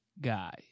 guy